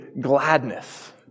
gladness